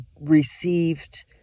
received